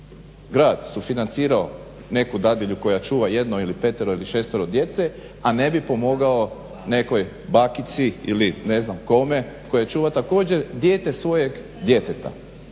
grad sufinancirao neku dadilju koja čuva jedno ili petero ili šestero djece a ne bi pomogao nekoj bakici ili ne znam kome koja čuva također dijete svojeg djeteta.